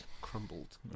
crumbled